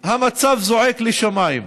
המצב זועק לשמיים,